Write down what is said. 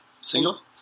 single